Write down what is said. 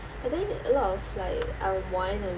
I think a lot of like unwind and